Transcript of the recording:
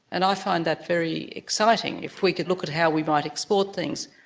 and i find that very exciting. if we could look at how we might export things.